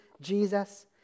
Jesus